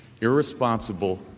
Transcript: irresponsible